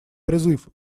призыв